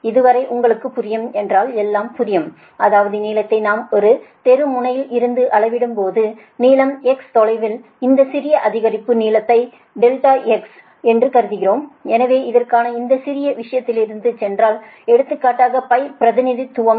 இது வரை உங்களுக்கு புரியும் என்றால் எல்லாம் புரியும் அதாவது நீளத்தை நாம் தெரு முனையில் இருந்து அளவிடும்போது நீளம் x தொலைவில் இந்த சிறிய அதிகரிப்பு நீளத்தை ∆x என்று கருதுகிறோம் எனவே இதற்காக இந்த சிறிய விஷயத்திற்குச் சென்றால் எடுத்துக்காட்டாக பிரதிநிதித்துவம்